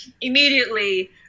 immediately